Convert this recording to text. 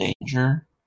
danger